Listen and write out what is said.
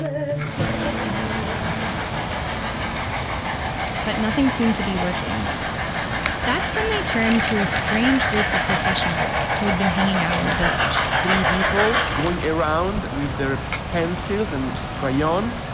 ah but nothing seemed to be working that's when they turned to a strange group of professionals who had been hanging out in the village three people going around with their pencils and crayon,